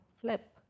flip